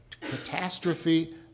catastrophe